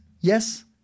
yes